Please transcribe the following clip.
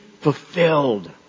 fulfilled